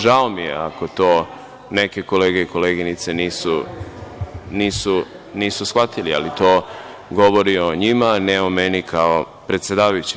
Žao mi je ako to neke kolege i koleginice nisu shvatile, ali to govori o njima, a ne o meni kao predsedavajućem.